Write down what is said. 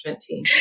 team